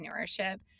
entrepreneurship